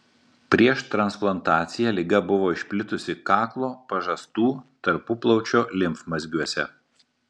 prieš transplantaciją liga buvo išplitusi kaklo pažastų tarpuplaučio limfmazgiuose